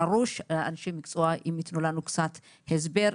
אנשי המקצוע אם יתנו לנו קצת הסבר,